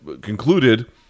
concluded